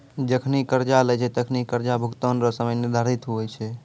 जखनि कर्जा लेय छै तखनि कर्जा भुगतान रो समय निर्धारित हुवै छै